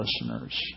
listeners